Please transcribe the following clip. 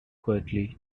quietly